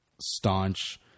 staunch